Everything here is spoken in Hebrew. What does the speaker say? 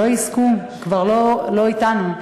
כבר לא אתנו,